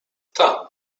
tam